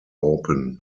open